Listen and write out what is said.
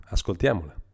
Ascoltiamola